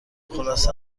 خلاصه